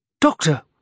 Doctor